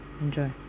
Enjoy